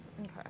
Okay